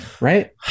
Right